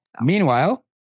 Meanwhile